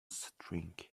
string